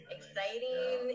Exciting